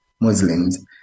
Muslims